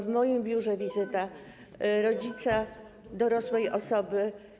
W moim biurze była wizyta rodzica dorosłej osoby.